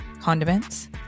condiments